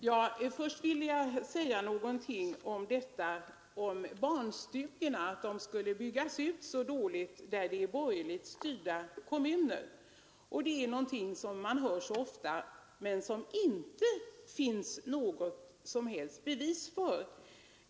Herr talman! Först vill jag säga någonting om påståendet att barnstugorna byggs ut så dåligt i borgerligt styrda kommuner. Det är ett påstående som man ofta hör, men det finns inte någon som helst grund för det.